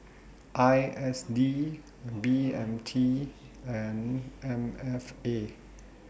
I S D B M T and M F A